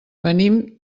venim